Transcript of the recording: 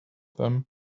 them